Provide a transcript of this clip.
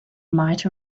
might